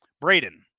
Braden